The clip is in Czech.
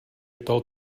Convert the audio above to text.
ptal